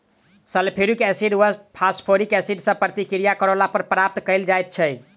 sulphuric acid वा phosphoric acid सॅ प्रतिक्रिया करौला पर प्राप्त कयल जाइत छै